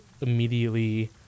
immediately